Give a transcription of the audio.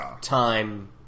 time